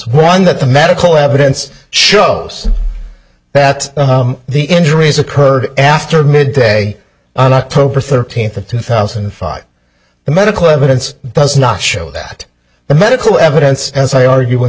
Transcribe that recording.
one that the medical evidence shows that the injuries occurred after midday on october thirteenth two thousand and five the medical evidence does not show that the medical evidence as i argu